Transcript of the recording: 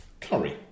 curry